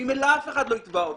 ממילא אף אחד לא יתבע אותו,